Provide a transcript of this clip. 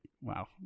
wow